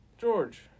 George